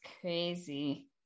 crazy